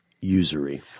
usury